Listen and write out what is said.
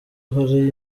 hari